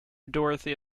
dorothy